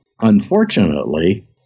unfortunately